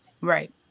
right